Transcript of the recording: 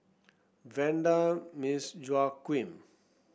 Vanda Miss Joaquim